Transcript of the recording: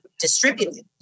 distributed